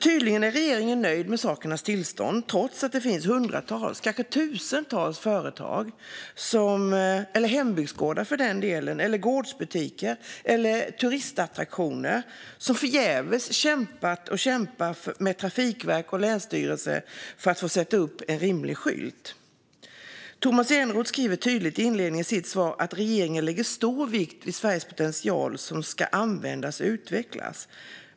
Tydligen är regeringen nöjd med sakernas tillstånd trots att det finns hundratals, kanske tusentals företag, hembygdsgårdar, gårdsbutiker och turistattraktioner som förgäves kämpat och kämpar med Trafikverket och länsstyrelserna för att få sätta upp en rimlig skylt. Tomas Eneroth säger tydligt i inledningen till sitt svar att regeringen lägger stor vikt vid att hela Sveriges potential ska användas och utvecklas.